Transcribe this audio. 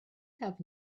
have